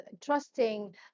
trusting